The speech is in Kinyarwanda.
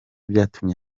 byatumye